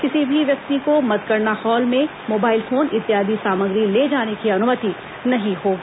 किसी भी व्यक्ति को मतगणना हॉल में मोबाइल फोन इत्यादि सामग्री ले जाने की अनुमति नहीं होगी